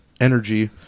energy